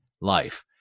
life